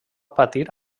patir